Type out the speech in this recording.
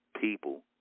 people